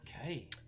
okay